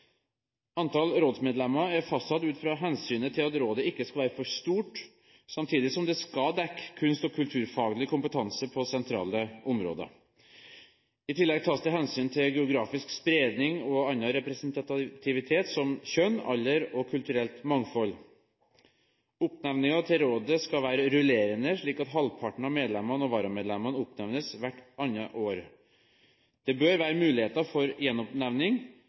Antall rådsmedlemmer er fastsatt ut fra hensynet til at rådet ikke skal være for stort, samtidig som det skal dekke kunst- og kulturfaglig kompetanse på sentrale områder. I tillegg tas det hensyn til geografisk spredning og annen form for representativitet som kjønn, alder og kulturelt mangfold. Oppnevningen til rådet skal være rullerende, slik at halvparten av medlemmene og varamedlemmene oppnevnes hvert annet år. Det bør være muligheter for gjenoppnevning,